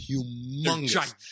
humongous